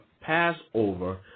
Passover